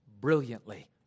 brilliantly